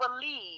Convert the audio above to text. believe